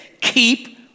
keep